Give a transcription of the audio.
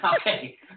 Okay